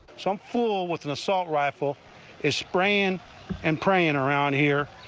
some full with an so rifle is praying and praying around here.